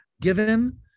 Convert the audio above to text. given